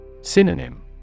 Synonym